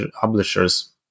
publishers